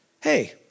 hey